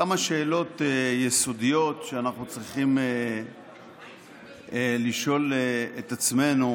כמה שאלות יסודיות אנחנו צריכים לשאול את עצמנו